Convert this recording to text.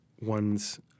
one's